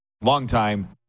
Longtime